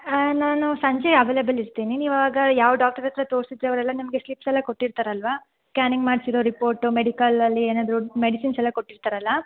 ಆಂ ನಾನು ಸಂಜೆ ಅವೈಲೆಬಲ್ ಇರ್ತೀನಿ ನೀವು ಆಗ ಯಾವ ಡಾಕ್ಟರ್ ಹತ್ರ ತೋರಿಸಿದ್ರಿ ಅವರೆಲ್ಲ ನಿಮಗೆ ಸ್ಲಿಪ್ಸ್ ಎಲ್ಲ ಕೊಟ್ಟಿರ್ತಾರಲ್ವಾ ಸ್ಕ್ಯಾನಿಂಗ್ ಮಾಡಿಸಿರೋ ರಿಪೋರ್ಟು ಮೆಡಿಕಲಲ್ಲಿ ಏನಾದ್ರೂ ಮೆಡಿಸಿನ್ಸ್ ಎಲ್ಲ ಕೊಟ್ಟಿರ್ತಾರಲ್ಲ